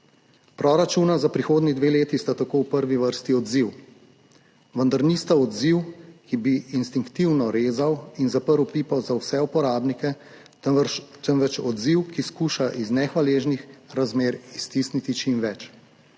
Proračuna za prihodnji dve leti sta tako v prvi vrsti odziv, vendar nista odziv, ki bi instinktivno rezal in zaprl pipo za vse uporabnike, temveč odziv, ki skuša iz nehvaležnih razmer iztisniti čim več.